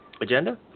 Agenda